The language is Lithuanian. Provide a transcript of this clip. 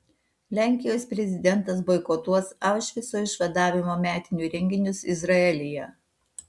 lenkijos prezidentas boikotuos aušvico išvadavimo metinių renginius izraelyje